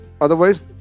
otherwise